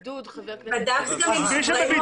למה אי אפשר?